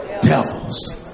devils